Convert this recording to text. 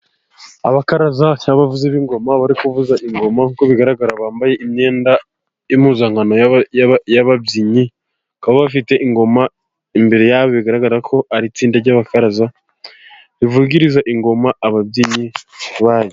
Abakaraza, abavuzi b' ingoma bari kuvuza ingoma, nkuko bigaragara bambaye imyenda, impuzankano y' ababyinnyi bakaba bafite ingoma imbere yabo, bigaragara ko ari itsinda ry' abakaraza rivugiriza ingoma ababyinnyi bamwo.